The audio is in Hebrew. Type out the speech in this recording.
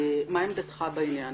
מה עמדתך בעניין?